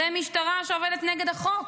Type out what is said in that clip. זו משטרה שעובדת נגד החוק.